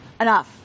enough